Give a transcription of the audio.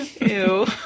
Ew